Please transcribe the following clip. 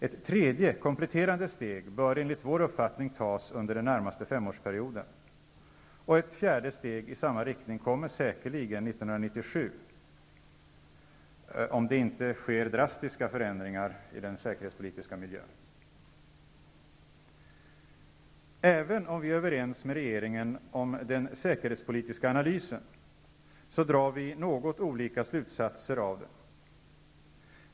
Ett tredje kompletterande steg bör enligt vår uppfattning tas under den närmaste femårsperioden. Och ett fjärde steg i samma riktning kommer säkerligen 1997, om det inte sker drastiska förändringar i den säkerhetspolitiska miljön. Även om vi är överens med regeringen om den säkerhetspolitiska analysen drar vi något olika slutsatser av den.